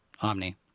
Omni